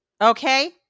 Okay